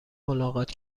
ملاقات